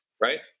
right